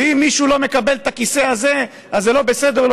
ואם מישהו לא מקבל את הכיסא הזה אז זה לא בסדר לו,